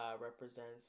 represents